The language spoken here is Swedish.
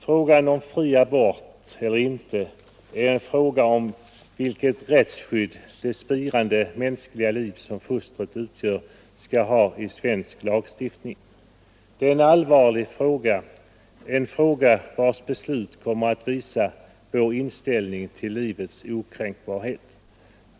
Frågan om fri abort eller inte är en fråga om vilket rättsskydd det spirande mänskliga liv som fostret utgör skall ha i svensk lagstiftning. Det är en allvarlig fråga, en fråga vars beslut kommer att visa vår inställning till livets okränkbarhet.